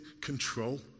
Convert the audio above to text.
control